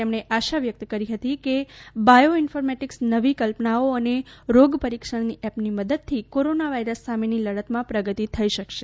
તેમણે આશા વ્યક્ત કરી હતી કે બાયોઇન્ફરમેટિક્સ નવી કલ્પનાઓ અને રોગ પરિક્ષણની એપની મદદથી કોરોના વાયરસ સામેની લડતમાં પ્રગતિ થઈ શકશે